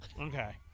Okay